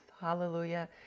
Hallelujah